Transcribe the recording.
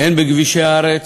הן בכבישי הארץ,